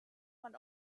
man